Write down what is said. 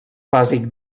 bàsic